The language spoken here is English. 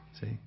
See